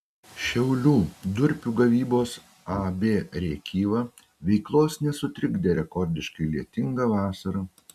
šiaulių durpių gavybos ab rėkyva veiklos nesutrikdė rekordiškai lietinga vasara